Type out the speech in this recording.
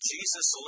Jesus